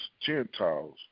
Gentiles